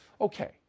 Okay